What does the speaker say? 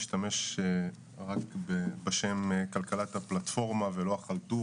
אני אשתמש רק בשם כלכלת הפלטפורמה ולא החלטורה